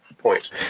point